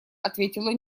ответила